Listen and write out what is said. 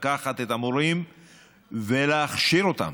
לקחת את המורים ולהכשיר אותם,